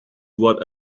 what